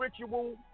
ritual